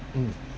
mm